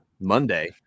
Monday